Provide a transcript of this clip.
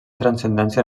transcendència